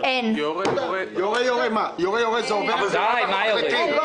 אתם לא זועקים לשמיים שתוכנית המשפיעים נעצרה.